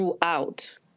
throughout